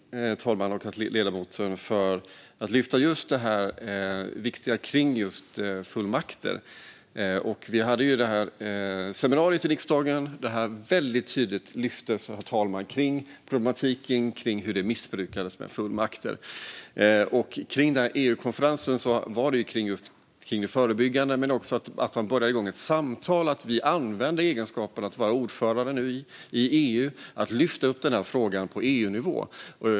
Herr talman! Jag tackar ledamoten för att hon lyfte upp de viktiga fullmakterna. Vid det seminarium vi hade i riksdagen lyftes det tydligt fram att det finns en problematik med missbruk av fullmakter. EU-konferensen handlade om det förebyggande men också om att börja ett samtal, använda egenskapen att vara ordförande i EU och lyfta upp frågan på EU-nivå.